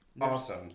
Awesome